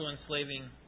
enslaving